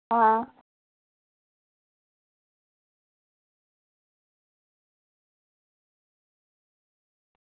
आं